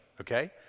Okay